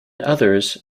others